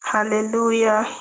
Hallelujah